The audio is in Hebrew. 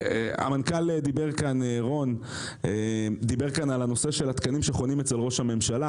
המנכ"ל רון דיבר כאן על הנושא של התקנים שחונים אצל ראש הממשלה.